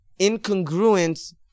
incongruence